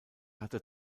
hatte